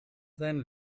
seinen